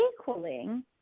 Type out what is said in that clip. equaling